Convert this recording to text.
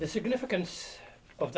the significance of